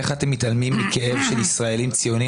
איך אתם מתעלמים מכאב של ישראלים ציונים